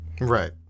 Right